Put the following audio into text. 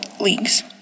leagues